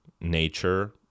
nature